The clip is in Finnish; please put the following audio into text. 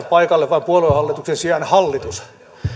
paikalle puoluehallituksen sijaan hallitus